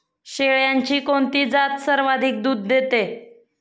शेळ्यांची कोणती जात सर्वाधिक दूध देते?